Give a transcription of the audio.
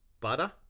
butter